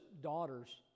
daughters